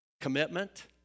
commitment